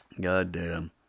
Goddamn